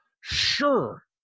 sure